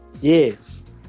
Yes